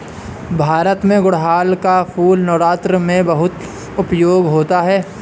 भारत में गुड़हल का फूल नवरात्र में बहुत उपयोग होता है